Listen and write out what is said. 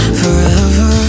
forever